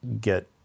get